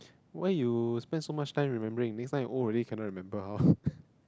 why you spend so much time remembering this time all already cannot remember hor